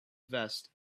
vest